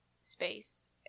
space